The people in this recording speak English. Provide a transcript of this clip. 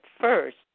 first